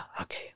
okay